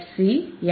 C F